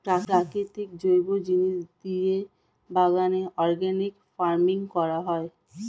প্রাকৃতিক জৈব জিনিস দিয়ে বাগানে অর্গানিক ফার্মিং করা হয়